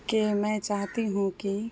کہ میں چاہتی ہوں کہ